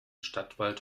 stadtwald